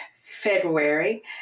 February